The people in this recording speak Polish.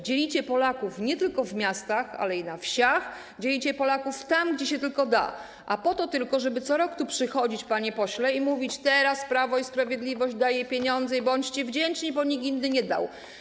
Dzielicie Polaków nie tylko w miastach, ale i na wsiach, dzielicie Polaków tam, gdzie tylko się da, po to tylko żeby co roku tu przychodzić, panie pośle, i mówić: Teraz Prawo i Sprawiedliwość daje pieniądze i bądźcie wdzięczni, bo nikt inny nie dał.